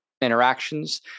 interactions